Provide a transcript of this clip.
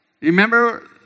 remember